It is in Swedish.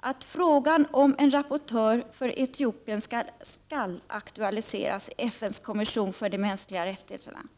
”att frågan om en rapportör för Etiopien skall aktualiseras i FN:s kommission för de mänskliga rättigheterna”.